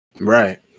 Right